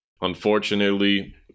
unfortunately